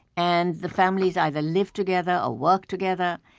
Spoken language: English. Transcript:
and the families either live together or work together,